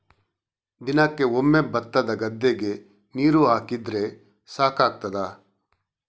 ದಿನಕ್ಕೆ ಒಮ್ಮೆ ಭತ್ತದ ಗದ್ದೆಗೆ ನೀರು ಹಾಕಿದ್ರೆ ಸಾಕಾಗ್ತದ?